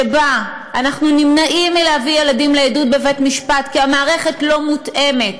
שבה אנחנו נמנעים מלהביא ילדים לעדות בבית-משפט כי המערכת לא מותאמת,